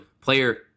Player